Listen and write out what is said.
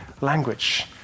language